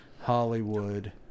Hollywood